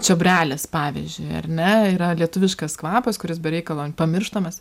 čiobrelis pavyzdžiui ar ne yra lietuviškas kvapas kuris be reikalo pamirštamas